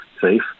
safe